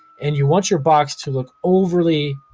and you want your box to look overly,